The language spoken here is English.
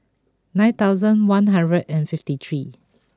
nine thousand one hundred and fifty three